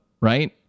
right